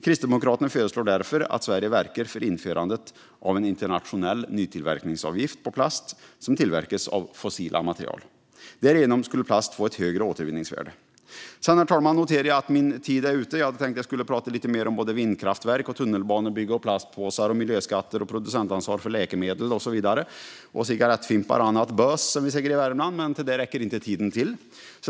Kristdemokraterna föreslår därför att Sverige verkar för införandet av en internationell nytillverkningsavgift på plast som tillverkas av fossila material. Därigenom skulle plast få ett högre återvinningsvärde. Herr talman! Jag noterar att min talartid är ute. Jag hade tänkt prata lite mer om vindkraftverk, tunnelbanebygge, plastpåsar, miljöskatter, producentansvar för läkemedel, cigarettfimpar och annat bös, som vi säger i Värmland, men till det räcker inte tiden.